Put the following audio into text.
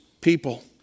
people